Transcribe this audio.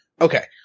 Okay